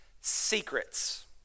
Secrets